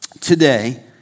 today